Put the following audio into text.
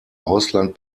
ausland